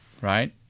Right